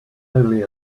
only